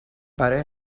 برای